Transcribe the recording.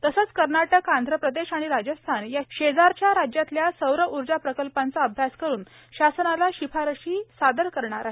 तसंच कर्नाटक आंध्र प्रदेश आणि राजस्थान या शेजारच्या राज्यातल्या सौर ऊर्जा प्रकल्पांचा अभ्यास करून शासनाला शिफारशी सादर करणार आहे